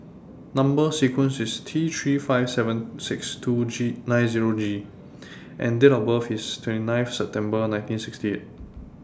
Number sequence IS T three five seven six two G nine Zero G and Date of birth IS twenty nine of September nineteen sixty